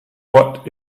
what